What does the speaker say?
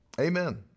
Amen